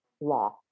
law